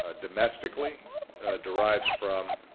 ah domestically derives from